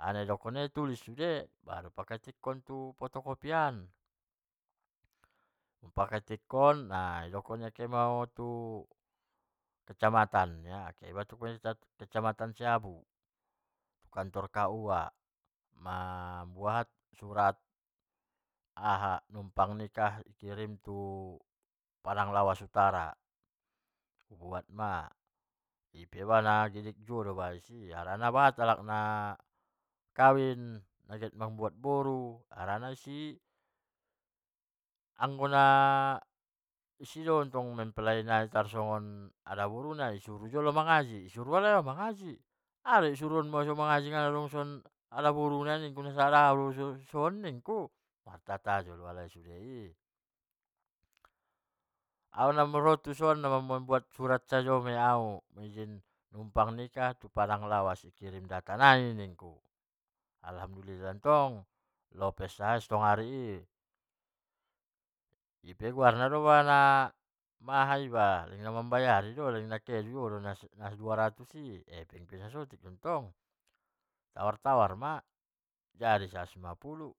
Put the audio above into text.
Aha nai dokkon nia di tulis sude, baru di paketikkon tu fotokopy an, di paketikkon, di dokkon ia keboho tu kecamatan, keh ma iba tu kecamatan siabung kantor kaua, buat surat numpang nikah i kirim di padang lawas utara, buat ma ipe lek na ilik juo do iba disi harana gok halak nagiot kawin nagiot mambuat boru, harana isi anggo na isi ontong mempelai adoboru nai isuru halai mangaji, ado suru on muyu au mangaji nang na adong son daboru ku ningku, martat ma alai i au naro tuson nagiot mambuat surat nikah izin numpang nikah tu padang lawas u kirim data nai nikku, alhamdulillah lopas satonga hari i, ipentong leng na aha na iba leng namambayari do, leng nakehe juo ma na dua ratus i hepeng pe saotik do di tawar-tawar mantong jadi saratus lima puluh,